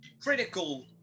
Critical